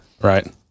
right